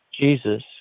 Jesus